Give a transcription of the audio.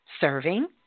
serving